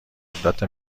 قدرت